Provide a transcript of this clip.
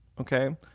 Okay